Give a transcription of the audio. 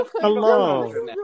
hello